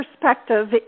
perspective